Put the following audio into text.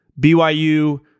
BYU